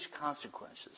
consequences